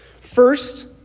First